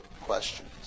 questions